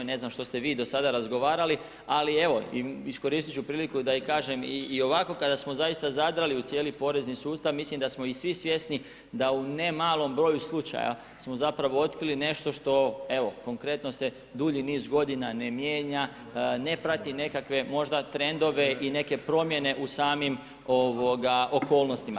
Ne znam što ste vi do sada razgovarali, ali evo, iskoristiti ću priliku da i kažem i ovako kada smo zaista zadrli u cijeli porezni sustav, mislim da smo vi svjesni da ne u malom broju slučaju, smo zapravo otkrili nešto što evo konkretno se dulji niz g. ne mijenja, ne prati nekakve možda trendove i neke promjene u samim okolnostima.